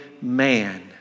man